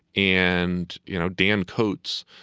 and you know, dan coats,